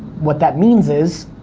what that means is,